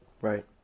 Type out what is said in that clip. Right